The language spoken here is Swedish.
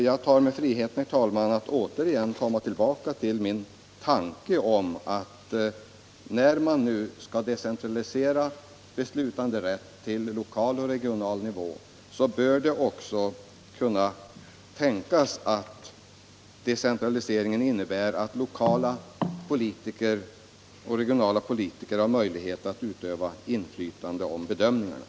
Jag tar mig friheten, herr talman, att återigen komma tillbaka till min tanke att när man nu skall decentralisera beslutanderätt till lokal och regional nivå så bör decentraliseringen också innebära att lokala och regionala politiker har möjlighet att utöva inflytande på bedömningarna.